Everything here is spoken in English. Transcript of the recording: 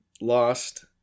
lost